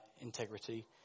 integrity